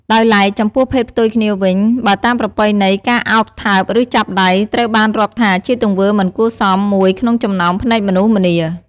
ដោយឡែកចំពោះភេទផ្ទុយគ្នាវិញ បើតាមប្រពៃណី ការអោប ថើប ឬ ចាប់ដៃ ត្រូវបានរាប់ថាជាទង្វើមិនគួរសមមួយក្នុងចំណោមភ្នែកមនុស្សម្នា។